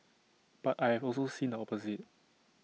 but I have also seen the opposite